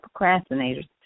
procrastinators